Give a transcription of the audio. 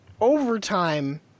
Overtime